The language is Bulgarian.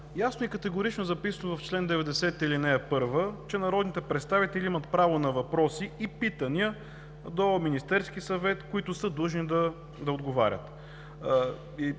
ясно и категорично е записано в чл. 90, ал. 1, че народните представители имат право на въпроси и питания до Министерския съвет, които са длъжни да отговарят.